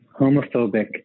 homophobic